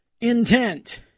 intent